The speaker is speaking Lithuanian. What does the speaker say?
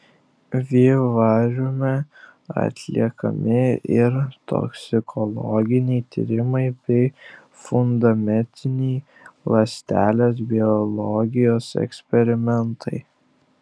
vivariume atliekami ir toksikologiniai tyrimai bei fundamentiniai ląstelės biologijos eksperimentai